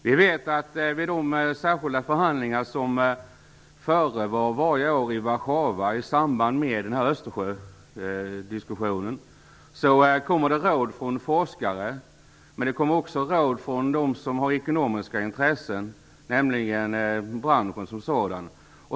Vi vet att det vid de särskilda förhandlingar som sker varje år i Warszawa i samband med Östersjödiskussionen kommer råd från forskare och råd från dem som har ekonomiska intressen, nämligen branschen som sådan.